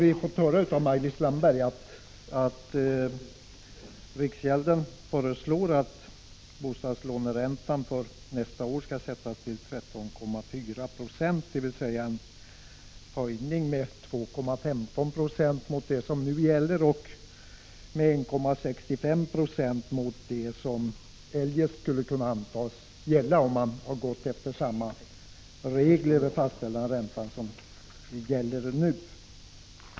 Vi har nu av Maj-Lis Landberg fått höra att riksgäldskontoret föreslår att bostadslåneräntan för nästa år skall sättas till 13,4 26, dvs. en höjning med 2,15 26 jämfört med vad som nu gäller och med 1,65 90 jämfört med vad som skulle ha gällt om vi gått efter nuvarande regler för att fastställa räntan.